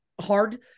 hard